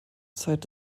zeit